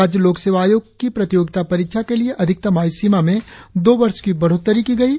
राज्य लोक सेवा आयोग की प्रतियोगिता परीक्षा के लिए अधीकतम आयु सीमा में दो वर्ष की बढ़ोत्तरी की गई है